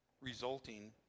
resulting